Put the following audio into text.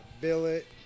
billet